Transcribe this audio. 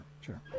sure